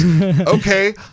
okay